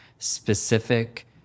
Specific